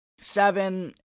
seven